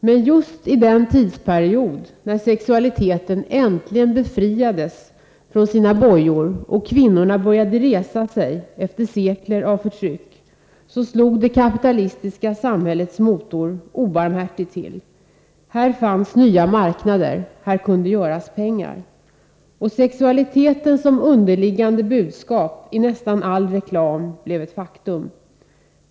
Men just i den tidsperiod när sexualiteten äntligen befriades från sina bojor och kvinnorna började resa sig efter sekler av förtryck slog det kapitalistiska samhällets motor obarmhärtigt till. Här fanns nya marknader, här kunde göras pengar, och sexualiteten som underliggande budskap i nästan all reklam blev ett faktum.